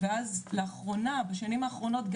ואז לאחרונה בשנים האחרונות,